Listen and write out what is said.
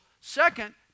Second